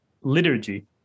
liturgy